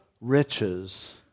riches